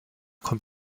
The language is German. kommt